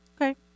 Okay